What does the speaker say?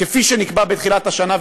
כפי שנקבע בתחילת השנה,